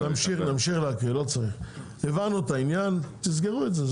אוקי נמשיך להקריא הבנו את העניין תסגרו את זה,